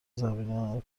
زمینههای